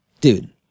Dude